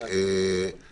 הצעה לסדר גם.